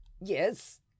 yes